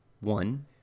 One